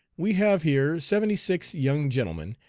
we have here seventy-six young gentlemen,